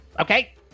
Okay